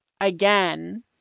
again